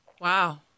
Wow